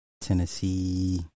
Tennessee